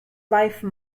wife